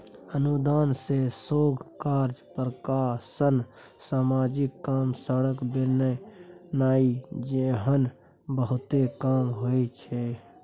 अनुदान सँ शोध कार्य, प्रकाशन, समाजिक काम, सड़क बनेनाइ जेहन बहुते काम होइ छै